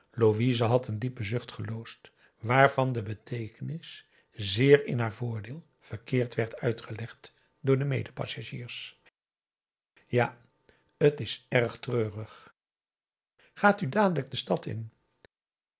louise had een diepe zucht geloosd waarvan de beteekenis zeer in haar voordeel verkeerd werd uitgelegd door de medepassagieres p a daum hoe hij raad van indië werd onder ps maurits ja t is erg treurig gaat u dadelijk de stad in